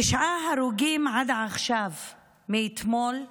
תשעה הרוגים עד עכשיו מאתמול בלילה,